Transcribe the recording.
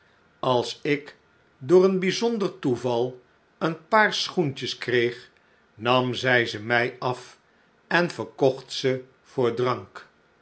als ik door een bijzonder toeval een paar schoentjes kreeg nam zij ze mij af en verkocht ze voor drank